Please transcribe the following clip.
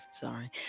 sorry